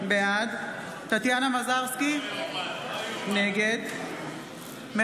בעד טטיאנה מזרסקי, נגד לא ייאמן, לא ייאמן.